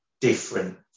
different